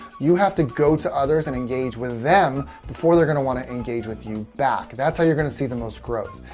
you have to go to others and engage with them before they're going to want to engage with you back. that's how you're going to see the most growth.